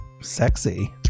Sexy